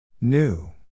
New